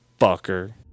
fucker